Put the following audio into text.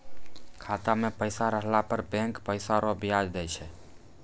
खाता मे पैसा रहला पर बैंक पैसा रो ब्याज दैय छै